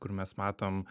kur mes matom